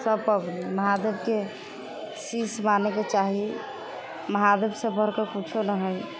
सब पबनी महादेवके शिष्य बनैके चाही महादेवसँ बढ़के किछु नहि हइ